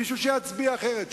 מישהו שיצביע אחרת,